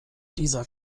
dieser